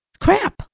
Crap